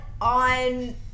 on